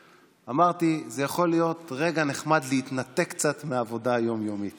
אמרתי: זה יכול להיות רגע נחמד להתנתק קצת מהעבודה היום-יומית